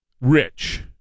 rich